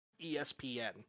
ESPN